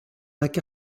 lac